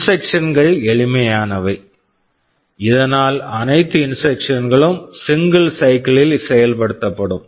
instruction instructions கள் எளிமையானவை இதனால் அனைத்து இன்ஸ்ட்ரக்சன் instructions களும் சிங்கிள் சைக்கிள் single cycle ல் செயல்படுத்தப்படும்